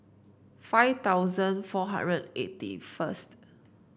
five thousand four hundred eighty first